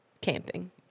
camping